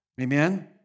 Amen